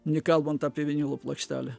nekalbant apie vinilo plokštelę